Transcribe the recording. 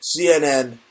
CNN